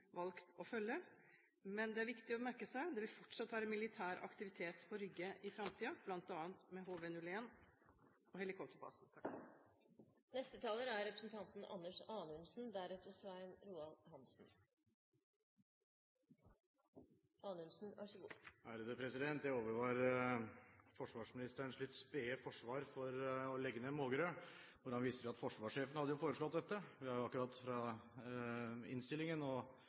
Men det er viktig å merke seg at det fortsatt vil være militær aktivitet på Rygge i framtiden, bl.a. med HV-01 og helikopterbasen. Jeg overvar forsvarsministerens litt spede forsvar for å legge ned Mågerø, når han viste til at forsvarssjefen hadde jo foreslått dette. Vi har jo sett i proposisjonen, og også hørt fra